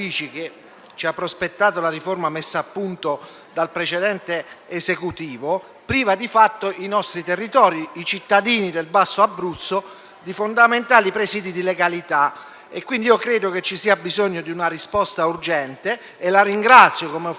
uffici prospettata dalla riforma, messa a punto dal precedente Esecutivo, priva di fatto i territori e i cittadini del basso Abruzzo di fondamentali presidi di legalità. Credo quindi che ci sia bisogno di una risposta urgente e la ringrazio - come ho fatto